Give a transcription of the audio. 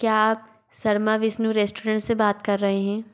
क्या आप शर्मा विष्णु रेस्टोरेंट से बात कर रहे हैं